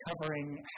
covering